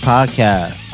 Podcast